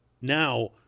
now